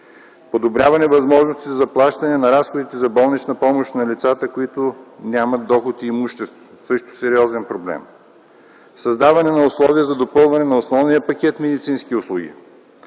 Подобряване възможностите за заплащане на разходите за болнична помощ на лицата, които нямат доход и имущество – също сериозен проблем. - Създаване на условия за допълване на основния пакет медицински услуги